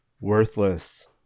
worthless